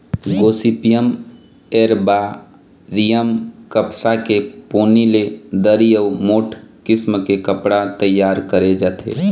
Gossypium एरबॉरियम कपसा के पोनी ले दरी अउ मोठ किसम के कपड़ा तइयार करे जाथे